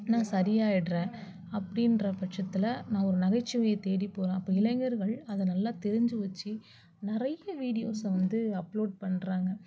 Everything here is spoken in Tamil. நான் சரியாகிடுறேன் அப்படின்ற பட்சத்தில் நான் ஒரு நகைச்சுவையை தேடிப்போகிறேன் அப்போ இளைஞர்கள் அதை நல்லா தெரிஞ்சு வச்சு நிறைய வீடியோஸை வந்து அப்லோட் பண்ணுறாங்க